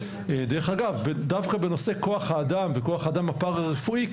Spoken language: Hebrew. דרך אגב דווקא בנושא כוח האדם וכוח האדם הפרה-רפואי,